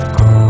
go